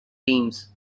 teams